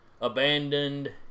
abandoned